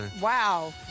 Wow